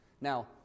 Now